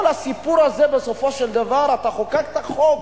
כל הסיפור הזה בסופו של דבר, אתה חוקקת חוק